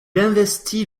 investit